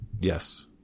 yes